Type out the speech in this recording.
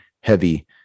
heavy